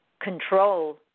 Control